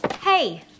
Hey